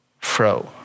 fro